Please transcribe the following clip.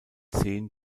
zehen